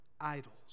idols